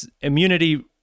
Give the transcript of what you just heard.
immunity